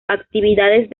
actividades